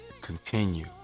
continue